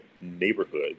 neighborhood